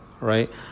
right